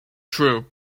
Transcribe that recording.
true